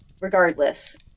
Regardless